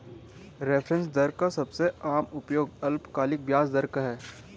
reference दर का सबसे आम उपयोग अल्पकालिक ब्याज दर का है